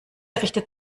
richtet